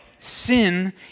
Sin